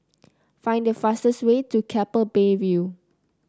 find the fastest way to Keppel Bay View